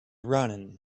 running